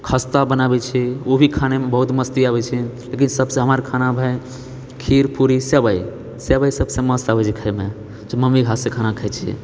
खस्ता बनाबै छियै ओ भी खानेमे बहुत मस्ती आबैत छै लेकिन सबसँ हमरा खानामे खीर पूरी सेवइ सेवइ सबसँ मस्त आबैत छै खाएमे मम्मी हाथसँ खाना खाए छियै